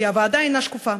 כי הוועדה אינה שקופה.